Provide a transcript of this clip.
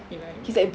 he like